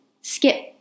skip